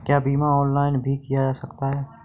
क्या बीमा ऑनलाइन भी किया जा सकता है?